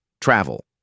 Travel